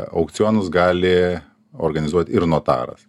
aukcionus gali organizuot ir notaras